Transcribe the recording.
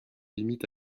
limite